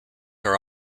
are